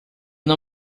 não